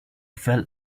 felt